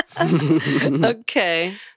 Okay